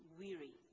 weary